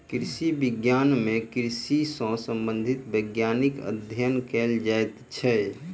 कृषि विज्ञान मे कृषि सॅ संबंधित वैज्ञानिक अध्ययन कयल जाइत छै